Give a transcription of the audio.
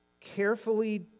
carefully